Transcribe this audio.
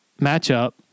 matchup